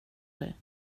dig